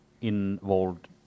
involved